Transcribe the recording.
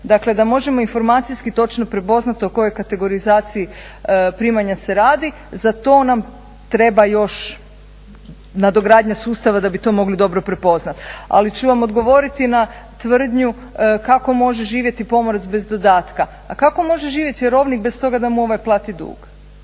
dakle da možemo točno informacijski prepoznati o kojoj kategorizaciji primanja se radi, za to nam treba još nadogradnja sustava da bi to mogli dobro prepoznati. Ali ću vam odgovoriti na tvrdnju kako može živjeti pomorac bez dodatka, a kako može živjeti vjerovnik bez toga da mu ovaj plati dug?